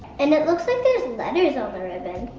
and it looks like there's letters on the ribbon,